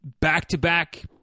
back-to-back